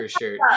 shirt